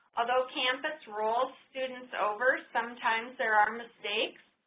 although campus rolled students over sometimes there are mistakes